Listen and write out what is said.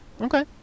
Okay